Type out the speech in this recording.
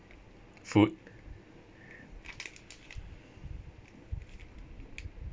food